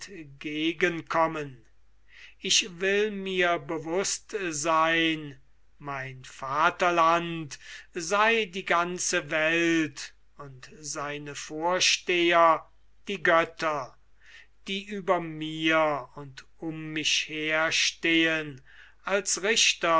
entgegen kommen ich will mir bewußt sein mein vaterland sei die welt und seine vorsteher die götter die über mir und um mich her stehen als richter